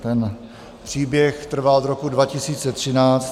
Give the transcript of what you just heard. Ten příběh trvá od roku 2013.